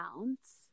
counts